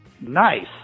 Nice